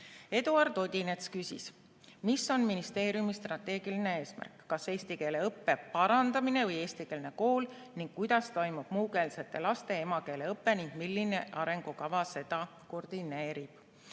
Eduard Odinets küsis, mis on ministeeriumi strateegiline eesmärk: kas eesti keele õppe parandamine või eestikeelne kool. Ka soovis ta teada, kuidas toimub muukeelsete laste emakeeleõpe ja milline arengukava seda koordineerib.